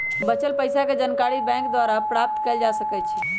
बच्चल पइसाके जानकारी बैंक द्वारा प्राप्त कएल जा सकइ छै